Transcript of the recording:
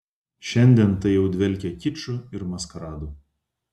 šiandien tai jau dvelkia kiču ir maskaradu